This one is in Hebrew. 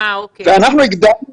אנחנו הגדלנו